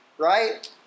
right